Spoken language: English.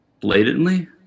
Blatantly